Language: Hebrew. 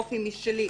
אופי משלי,